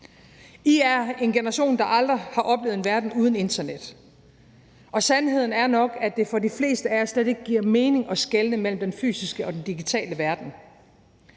I er en generation, der aldrig har oplevet en verden uden internet, og sandheden er nok, at det for de fleste af jer slet ikke giver mening at skelne mellem den fysiske og den digitale verden.